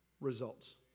results